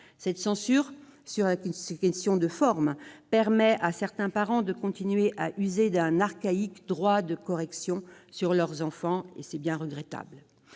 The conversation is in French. Cette censure, pour une question de forme, permet à certains parents de continuer à user d'un archaïque « droit de correction » sur leurs enfants. C'est bien regrettable